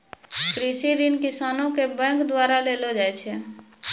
कृषि ऋण किसानो के बैंक द्वारा देलो जाय छै